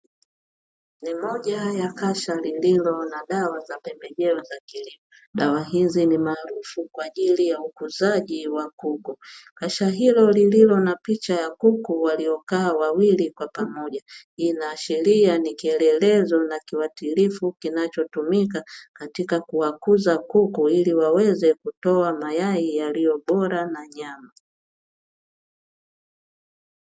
Ni moja ya kasha lililo na dawa za pembejeo za kilimo dawa hizi ni maarufu kwa ajili ya ukuzaji wa kuku, kasha hilo lililo na picha ya kuku waliokaa wawili kwa pamoja inaashiria ni kielelezo na kiwatilifu kinachotumika katika kuwakuza kuku ili waweze kutoa mayai yaliyobora na nyama.